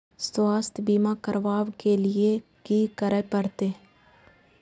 स्वास्थ्य बीमा करबाब के लीये की करै परतै?